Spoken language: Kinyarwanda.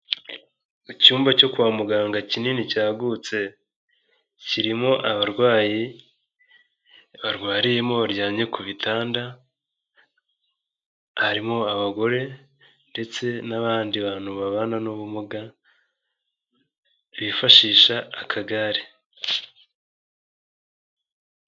Icyumba cyo kwa muganga kinini cyagutse, kirimo abarwayi barwariyemo baryamye ku bitanda, harimo abagore ndetse n'abandi bantu babana n'ubumuga, bifashisha akagare.